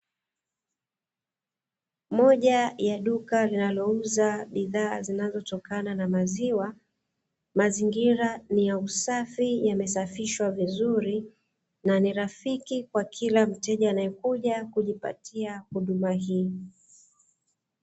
Moja ya duka linalouza bidhaa zinazotokana na maziwa, mazingira ni ya usafi yamesafishwa vizuri na ni rafiki kwa kila mteja anayekuja kujipatia huduma hii.